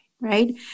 right